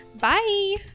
bye